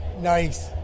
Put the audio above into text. Nice